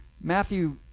Matthew